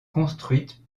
construite